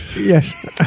Yes